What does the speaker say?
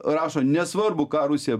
rašo nesvarbu ką rusija